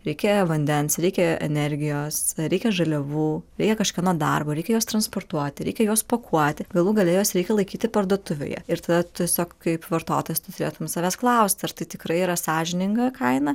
reikėjo vandens reikia energijos reikia žaliavų reikia kažkieno darbo reikia juos transportuoti reikia juos pakuoti galų gale juos reikia laikyti parduotuvėje ir tada tiesiog kaip vartotojas tu turėtum savęs klausti ar tai tikrai yra sąžininga kaina